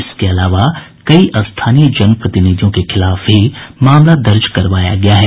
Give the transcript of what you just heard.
इसके अलावा कई स्थानीय जनप्रतिनिधियों के खिलाफ भी मामला दर्ज करवाया गया है